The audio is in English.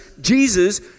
Jesus